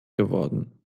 geworden